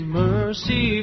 mercy